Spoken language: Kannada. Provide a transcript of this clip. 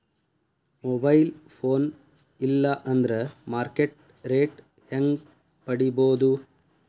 ಮೊಬೈಲ್ ಫೋನ್ ಇಲ್ಲಾ ಅಂದ್ರ ಮಾರ್ಕೆಟ್ ರೇಟ್ ಹೆಂಗ್ ಪಡಿಬೋದು?